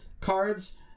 cards